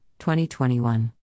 2021